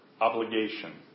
obligation